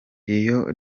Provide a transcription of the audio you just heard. iyo